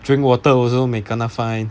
drink water also may kena fine